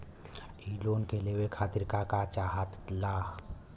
इ लोन के लेवे खातीर के का का चाहा ला?